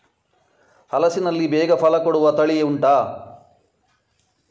ಹಲಸಿನಲ್ಲಿ ಬೇಗ ಫಲ ಕೊಡುವ ತಳಿ ಉಂಟಾ